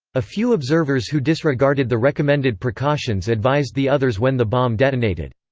a few observers who disregarded the recommended precautions advised the others when the bomb detonated.